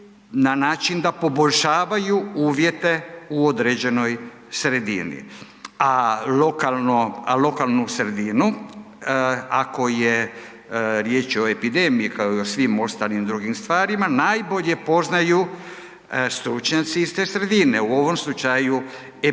na način da poboljšavaju uvjete u određenoj sredini, a lokalno, a lokalnu sredinu ako je, riječ je o epidemiji kao i o svim ostalim drugim stvarima, najbolje poznaju stručnjaci iz te sredine, u ovom slučaju epidemiolozi.